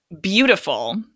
beautiful